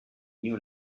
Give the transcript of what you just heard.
new